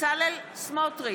בצלאל סמוטריץ'